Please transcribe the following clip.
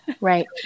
Right